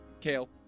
Kale